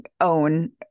own